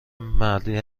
مردی